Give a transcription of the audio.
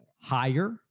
higher